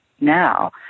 now